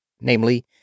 namely